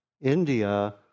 India